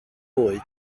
bwyd